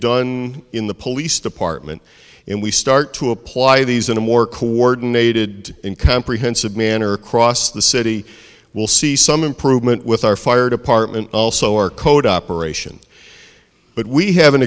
done in the police department and we start to apply these in a more coordinated and comprehensive manner across the city we'll see some improvement with our fire department also our code operations but we have an